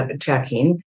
checking